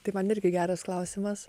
tai man irgi geras klausimas